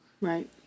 Right